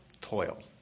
toil